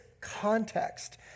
context